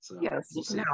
Yes